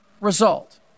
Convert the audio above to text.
result